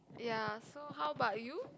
ya so how about you